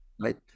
Right